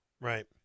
Right